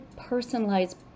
personalized